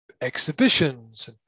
Exhibitions